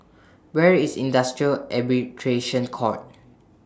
Where IS Industrial Arbitration Court